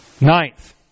Ninth